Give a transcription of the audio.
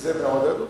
אם זה מעודד אותך.